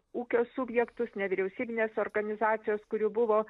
ūkio subjektus nevyriausybines organizacijos kurių buvo